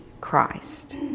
Christ